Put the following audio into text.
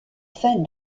fins